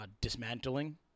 dismantling